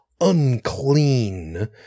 unclean